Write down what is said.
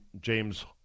James